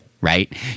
Right